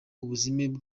ubuzima